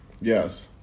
Yes